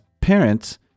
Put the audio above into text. parents